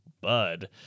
Bud